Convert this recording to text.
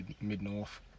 mid-north